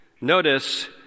Notice